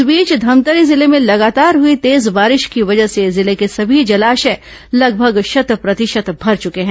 इस बीच धमतरी जिले में लगातार हुई तेज बारिश की वजह से जिले के सभी जलाशय लगभग शत प्रतिशत भर चुके हैं